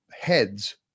heads